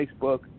Facebook